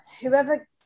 whoever